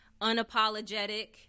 unapologetic